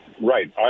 right